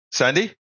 Sandy